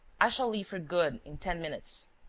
i shall leave for good in ten minutes.